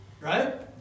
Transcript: right